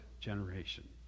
generation